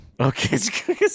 Okay